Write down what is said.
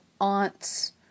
aunts